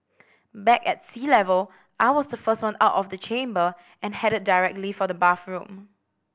back at sea level I was the first one out of the chamber and headed directly for the bathroom